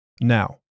Now